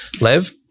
Lev